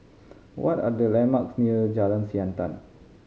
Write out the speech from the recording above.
what are the landmarks near Jalan Siantan